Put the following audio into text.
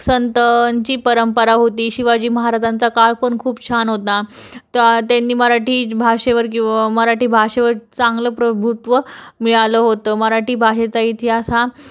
संतांची परंपरा होती शिवाजी महाराजांचा काळ पण खूप छान होता तर त्यांनी मराठी भाषेवर की मराठी भाषेवर चांगलं प्रभुत्व मिळालं होतं मराठी भाहेचा इतिहास हा